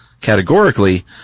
categorically